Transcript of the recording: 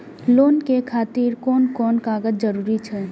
Loan के खातिर कोन कोन कागज के जरूरी छै?